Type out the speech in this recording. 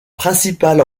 principale